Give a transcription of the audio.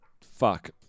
fuck